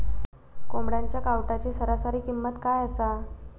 कोंबड्यांच्या कावटाची सरासरी किंमत काय असा?